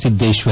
Siddeshwar